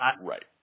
Right